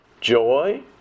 joy